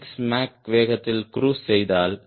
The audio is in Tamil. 6 மேக் வேகத்தில் க்ரூஸ் செய்தால்